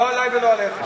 לא עלי ולא עליך.